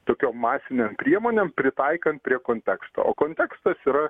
tokiom masinėm priemonėm pritaikant prie konteksto o kontekstas yra